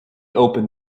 opened